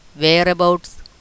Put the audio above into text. whereabouts